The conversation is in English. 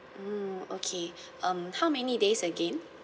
mm okay um how many days again